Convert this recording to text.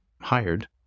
hired